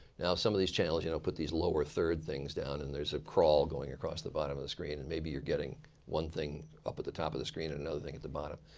now some of these challenge you know put these lower third things down. and there's a crawl going across the bottom of the screen. and maybe you're getting one thing up at the top of the screen and another thing at the bottom.